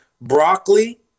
broccoli